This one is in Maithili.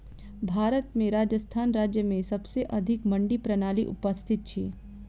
भारत में राजस्थान राज्य में सबसे अधिक मंडी प्रणाली उपस्थित अछि